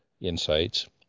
insights